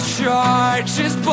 charges